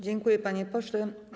Dziękuję, panie pośle.